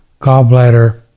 gallbladder